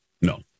No